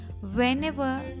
whenever